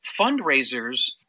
Fundraisers